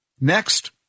Next